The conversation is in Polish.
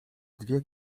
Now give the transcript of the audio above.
dwie